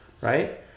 right